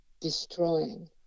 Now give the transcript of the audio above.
destroying